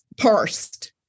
parsed